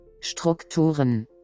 Strukturen